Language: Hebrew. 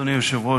אדוני היושב-ראש,